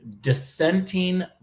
dissenting